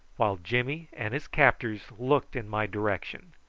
while jimmy and his captors looked in my direction.